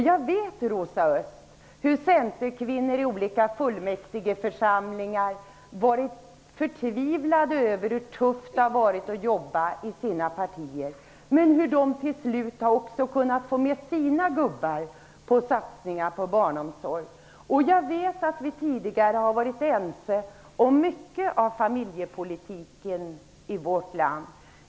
Jag vet, Rosa Östh, hur centerkvinnor i olika fullmäktigeförsamlingar varit förtvivlade över hur tufft det har varit att jobba i deras parti. Till slut har de också kunnat få med sina gubbar på satsningar på barnomsorgen. Jag vet att vi tidigare har varit ense om mycket i familjepolitiken i vårt land.